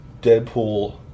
deadpool